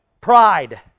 Pride